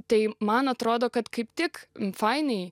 tai man atrodo kad kaip tik fainiai